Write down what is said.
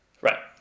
Right